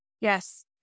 Yes